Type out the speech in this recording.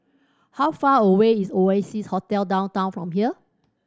how far away is Oasia Hotel Downtown from here